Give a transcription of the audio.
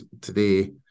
today